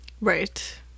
Right